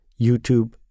YouTube